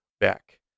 back